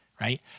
right